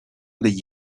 degli